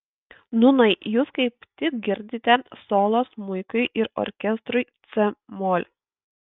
nūnai jūs kaip tik girdite solo smuikui ir orkestrui c mol